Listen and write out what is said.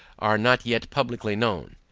are not yet publicly known.